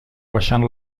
baixant